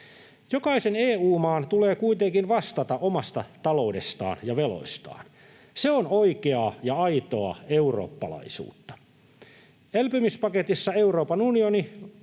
Jokaisen EU-maan tulee kuitenkin vastata omasta taloudestaan ja veloistaan. Se on oikeaa ja aitoa eurooppalaisuutta. Elpymispaketissa Euroopan unioni